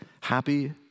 happy